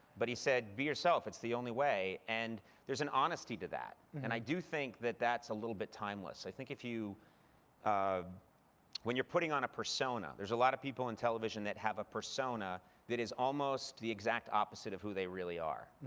but he said, be yourself. it's the only way. and there's an honesty to that, and i do think that that's a little bit timeless. i think if you um when you're putting on a persona, there's a lot of people in television that have a persona that is almost the exact opposite of who they really are.